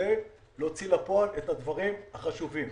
כדי להוציא לפועל את הדברים החשובים,